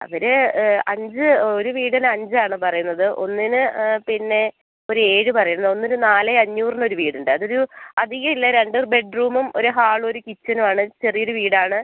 അവർ അഞ്ച് ഒരു വീടിന് അഞ്ചാണ് പറയുന്നത് ഒന്നിന് പിന്നെ ഒരു ഏഴ് പറയുന്നു ഒന്ന് ഒരു നാല് അഞ്ഞൂറിന് ഒരു വീടുണ്ട് അതൊരു അധികം ഇല്ല രണ്ട് ബെഡ്റൂമും ഒരു ഹാളും ഒരു കിച്ചനും ആ ആണ് ചെറിയൊരു വീടാണ്